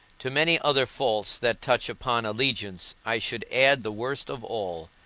to many other faults that touch upon allegiance i should add the worst of all,